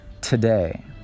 Today